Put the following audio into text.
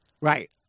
Right